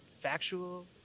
Factual